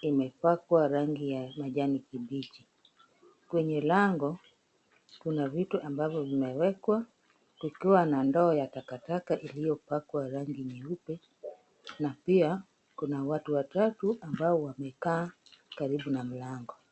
imepakwa rangi ya majani kibichi, kwenye lango kuna vitu ambavyo vimewekwa kukiwa na ndoo ya takataka iliyopakwa rangi nyeupe na pia kuna watu watatu ambao wamekaa karibu na mlango.